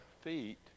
feet